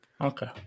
Okay